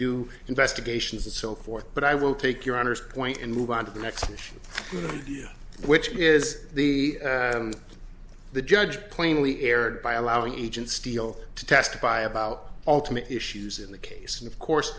do investigations and so forth but i will take your honors point and move on to the next issue which is the the judge plainly erred by allowing agent steel to testify about ultimate issues in the case of course